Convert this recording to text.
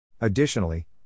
Additionally